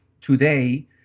Today